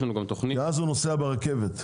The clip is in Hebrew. ואז הוא ייסע לפחות ברכבת,